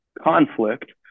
conflict